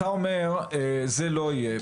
אתה אומר זה לא יהיה,